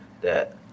that-